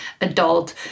adult